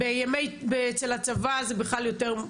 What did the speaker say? אצל הצבא זה בכלל יותר,